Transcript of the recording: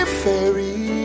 fairy